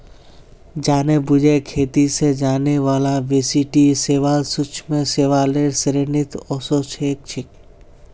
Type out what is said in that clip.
जानेबुझे खेती स जाने बाला बेसी टी शैवाल सूक्ष्म शैवालेर श्रेणीत ओसेक छेक